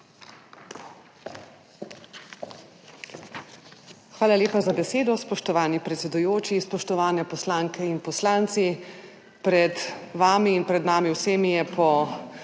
Hvala lepa za besedo, spoštovani predsedujoči. Spoštovane poslanke in poslanci! Pred vami in pred nami vsemi je po